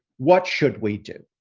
what should we do?